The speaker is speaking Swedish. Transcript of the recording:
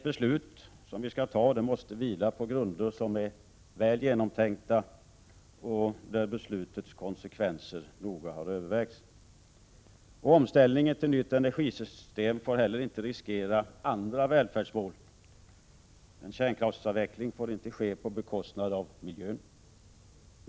Ett beslut måste vila på en väl genomtänkt grund, där beslutets konsekvenser noga har övervägts. Omställningen till nytt energisystem får inte riskera andra välfärdsfrågor. En kärnkraftsavveckling får inte ske på bekostnad av miljön.